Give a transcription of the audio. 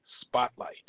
Spotlight